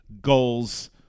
goals